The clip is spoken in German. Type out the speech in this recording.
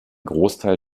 großteil